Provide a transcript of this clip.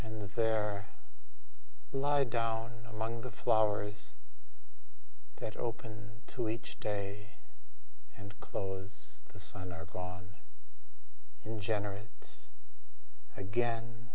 and there lied down among the flowers that are open to each day and close the sun are gone in general again